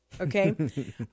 Okay